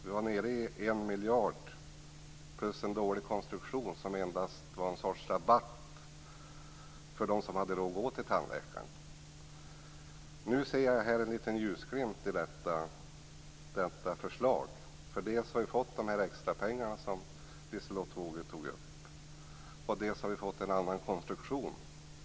Vi var nere i 1 miljard plus en dålig konstruktion, som endast var en sorts rabatt för dem som hade råd att gå till tandläkaren. Jag ser nu en liten ljusglimt i detta förslag. Vi har dels fått extrapengar, som Liselotte Wågö tog upp, dels fått en annan konstruktion.